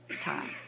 time